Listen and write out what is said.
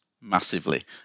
massively